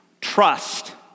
trust